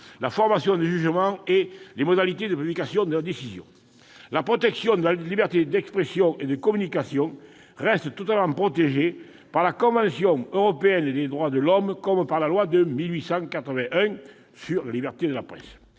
la formation de jugement et les modalités de publication de la décision. La liberté d'expression et de communication reste totalement protégée par la Convention européenne des droits de l'homme comme par la loi de 1881 sur la liberté de la presse.